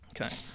Okay